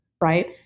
right